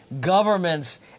governments